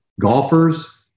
golfers